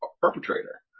perpetrator